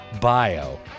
bio